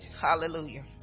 Hallelujah